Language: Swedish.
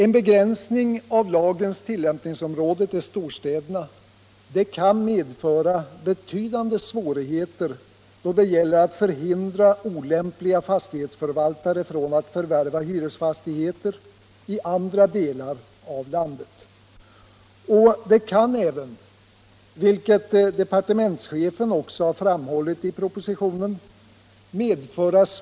En begränsning av lagens tillämpningsområde till storstäderna kan medföra betydande svårigheter då det gäller att förhindra olämpliga fastighetsförvaltare att förvärva hyresfastigheter i andra delar av landet, vilket departementschefen också framhållit i propositionen.